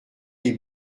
les